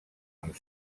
amb